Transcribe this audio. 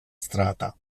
strata